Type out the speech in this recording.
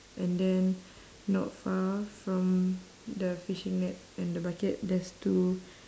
and then not far from the fishing net and the bucket there's two